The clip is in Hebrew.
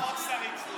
לא רק שרים, 30 נורבגים.